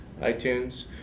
iTunes